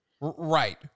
Right